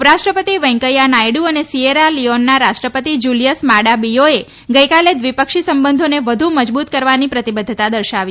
ઉપરાષ્ટ્રપતિ વેંકૈથા નાયડ્ર અને સિએરા લિએોનના રાષ્ટ્રપતિ જૂલિયસ માડા બિયોએ ગઈકાલે દ્વિપક્ષી સંબંધોને વધુ મજબૂત કરવાની પ્રતિબદ્ધતા દર્શાવી